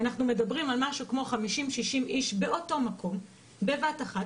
אנחנו מדברים על כ-60-50 באותו מקום בבת אחת,